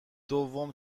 دوم